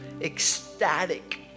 Ecstatic